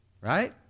Right